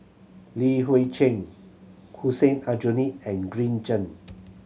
Li Hui Cheng Hussein Aljunied and Green Zeng